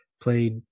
played